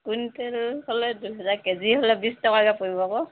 quintal হ'লে দুহেজাৰ KG হ'লে বিশ টকাকৈ পৰিব আকৌ